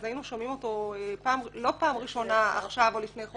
לא היינו שומעים אותו עכשיו או לפני חודש פעם ראשונה.